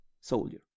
soldier